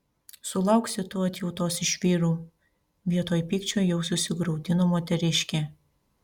sulauksi tu atjautos iš vyrų vietoj pykčio jau susigraudino moteriškė